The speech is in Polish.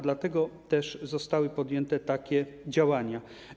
Dlatego właśnie zostały podjęte takie działania.